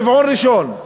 רבעון ראשון.